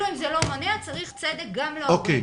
צריך צדק גם להורים.